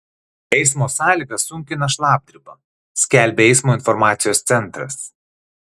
eismo sąlygas sunkina šlapdriba skelbia eismo informacijos centras